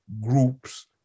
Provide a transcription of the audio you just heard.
groups